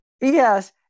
Yes